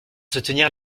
soutenir